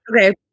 Okay